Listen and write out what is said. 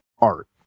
art